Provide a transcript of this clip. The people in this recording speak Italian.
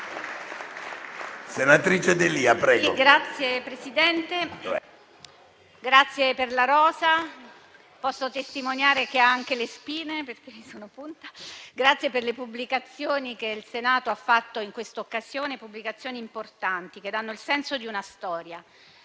Signor Presidente, grazie della rosa. Posso testimoniare che ha anche le spine, perché mi sono punta. Grazie per le pubblicazioni che il Senato ha fatto in questa occasione, pubblicazioni importanti, che danno il senso di una storia.